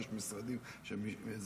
ויש משרדים שהם,